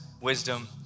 wisdom